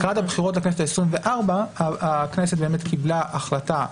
לקראת הבחירות לכנסת העשרים-וארבע הכנסת קיבלה החלטה,